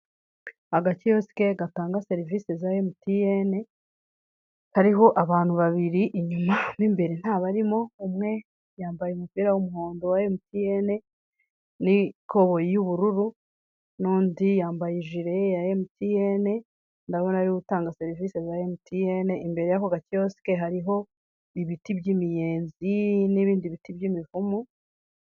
Agakiyosike gatanga serivisi za MTN, hariho abantu babiri inyuma mu imbere nta barimo, umwe yambaye umupira w'umuhondo wa MTN, n'ikoboyi y'ubururu n'undi yambaye ijire ya MTN, ndabona ariwe utanga serivisi za MTN, imbere y'ako gakiyosike hariho ibiti by'imiyenzi n'ibindi biti by'imivumu.